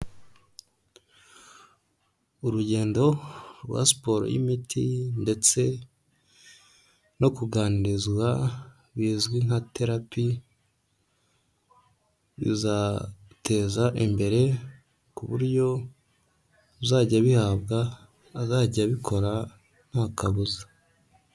Urugendo rwa siporo y'imiti ndetse no kuganirizwa bizwi nka terapi, bizateza imbere ku buryo uzajya abihabwa azajya abikora nta kabuza.